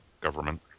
government